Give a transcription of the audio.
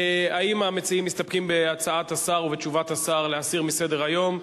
האם המציעים מסתפקים בתשובת השר ובהצעת השר להסיר מסדר-היום?